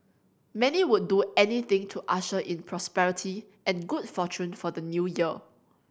many would do anything to usher in prosperity and good fortune for the New Year